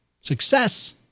success